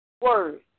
word